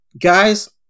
guys